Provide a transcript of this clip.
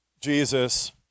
Jesus